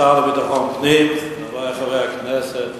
השר לביטחון פנים, חברי חברי הכנסת,